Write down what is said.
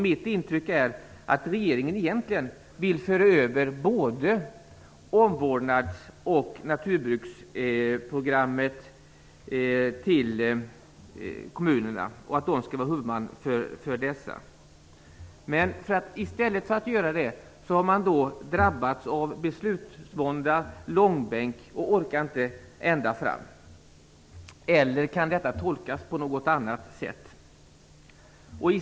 Mitt intryck är att regeringen egentligen vill föra över både omvårdnads och naturbruksprogrammen till kommunerna och att kommunerna skall vara huvudmän för dem. Regeringen har drabbats av beslutsvånda och hamnat i långbänk. Man orkar inte ända fram. Eller kan detta tolkas på något annat sätt?